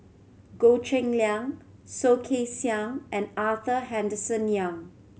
Goh Cheng Liang Soh Kay Siang and Arthur Henderson Young